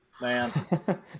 man